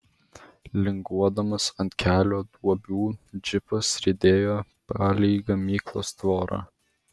linguodamas ant kelio duobių džipas riedėjo palei gamyklos tvorą